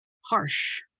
harsh